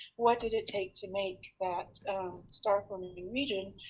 what did it take to make that star forming region?